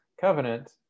covenant